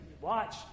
Watch